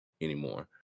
anymore